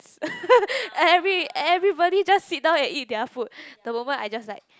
every~ everybody just sit down and eat their food the moment I just like